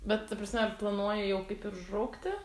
bet ta prasme ar planuoji jau kaip ir užraukti